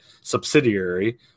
subsidiary